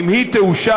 אם היא תאושר,